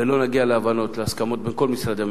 ולא נגיע להבנות והסכמות בין כל משרדי הממשלה,